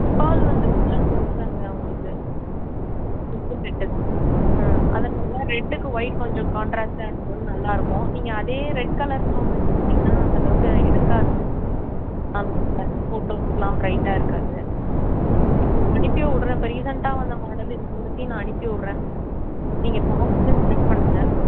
pearl வந்து ஃபுல்லாக முத்துதாங்க உங்களுக்கு முத்து செட்டு தான் ம் அதனால் ரெட்டுக்கு ஒயிட் கொஞ்சம் கான்ட்ராஸ்டாக இருக்கும்போது நல்லாருக்கும் நீங்கள் அதே ரெட் கலர் ஸ்டோன் வச்சு போட்டிங்கன்னா அந்தளவுக்கு எடுக்காது ஆ அது ஃபோட்டோஸ்க்கு எல்லாம் ஃப்ரைட்டாக இருக்காது உங்களுக்கு அனுப்பி விட்றேன் இப்போ ரீசெண்டாக வந்த மாடல் இந்த மூணுத்தையும் நான் அனுப்பி விட்றேன் நீங்கள் பார்த்துட்டு செலக்ட் பண்ணுங்கள்